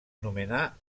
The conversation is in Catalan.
nomenà